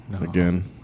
Again